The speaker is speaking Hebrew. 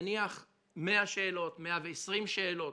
נניח, 100 שאלות או 120 שאלות,